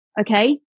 Okay